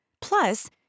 Plus